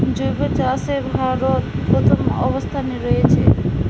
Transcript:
জৈব চাষে ভারত প্রথম অবস্থানে রয়েছে